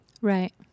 Right